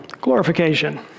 glorification